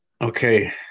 Okay